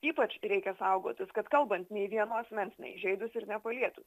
ypač reikia saugotis kad kalbant nei vieno asmens neįžeidus ir nepalietus